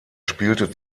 spielte